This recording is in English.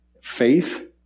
faith